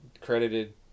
credited